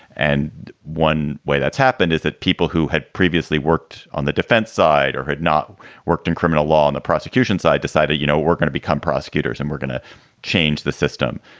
and one way that's happened is that people who had previously worked on the defense side or had not worked in criminal law on the prosecution side decided, you know, we're going to become prosecutors and we're going to change the system.